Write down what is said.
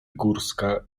górska